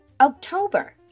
October